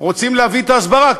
רוצים להביא את ההסברה,